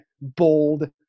bold